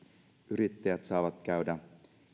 yrittäjät saavat käydä